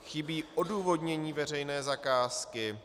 Chybí odůvodnění veřejné zakázky.